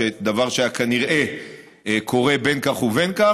דבר שהיה כנראה קורה בין כך ובין כך,